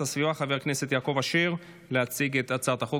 הסביבה חבר הכנסת יעקב אשר להציג את הצעת החוק,